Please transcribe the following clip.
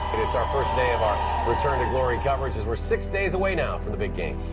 it's our first day of our return to glory coverage as we are six days away now from the big game.